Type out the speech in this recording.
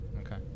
Okay